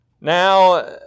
Now